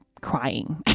crying